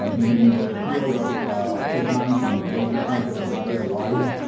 um in in the field of pest management, there's this concept of area-wide